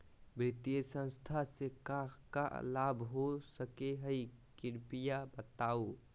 वित्तीय संस्था से का का लाभ हो सके हई कृपया बताहू?